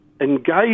engage